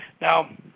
Now